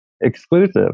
exclusive